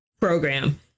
program